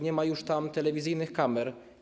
Nie ma już tam telewizyjnych kamer.